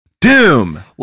Doom